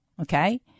Okay